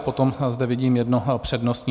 Potom zde vidím jedno přednostní.